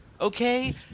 Okay